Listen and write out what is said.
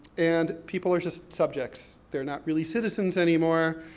and people are just subjects, they're not really citizens anymore.